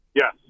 Yes